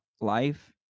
life